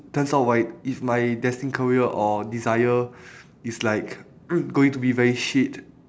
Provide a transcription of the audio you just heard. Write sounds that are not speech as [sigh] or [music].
turns out right if my destined career or desire is like [coughs] going to be very shit